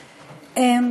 הכנסת,